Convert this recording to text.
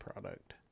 product